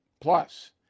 Plus